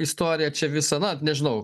istoriją čia visa na nežinau